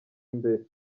imbere